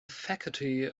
faculty